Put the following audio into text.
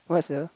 what's the